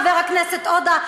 חבר הכנסת עודה,